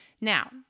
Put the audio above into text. Now